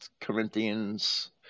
Corinthians